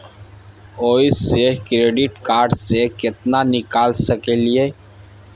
ओयसे credit card से केतना निकाल सकलियै?